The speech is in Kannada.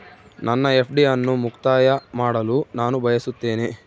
ನನ್ನ ಎಫ್.ಡಿ ಅನ್ನು ಮುಕ್ತಾಯ ಮಾಡಲು ನಾನು ಬಯಸುತ್ತೇನೆ